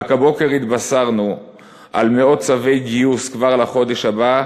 רק הבוקר התבשרנו על מאות צווי גיוס כבר לחודש הבא,